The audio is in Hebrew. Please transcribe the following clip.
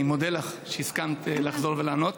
אני מודה לך על שהסכמת לחזור ולענות.